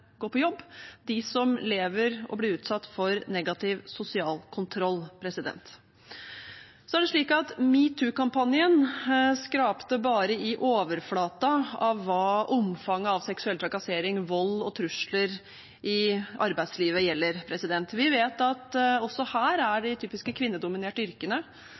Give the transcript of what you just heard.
gå på jobb – de som blir utsatt for negativ sosial kontroll. Så er det slik at metoo-kampanjen bare skrapte i overflaten av hva omfanget av seksuell trakassering, vold og trusler i arbeidslivet gjelder. Vi vet at de typiske kvinnedominerte yrkene